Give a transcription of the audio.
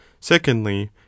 secondly